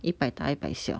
一百大一百小